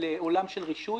לעולם של רישוי.